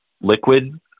liquid